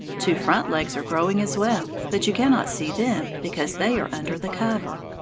two front legs are growing as well, but you cannot see them, because they are under the cover.